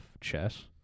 chess